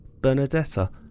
Bernadetta